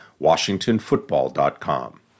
WashingtonFootball.com